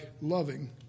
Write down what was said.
loving